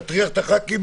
להטריח את הח"כים,